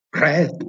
Red